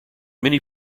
many